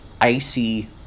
icy